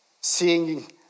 seeing